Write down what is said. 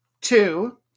two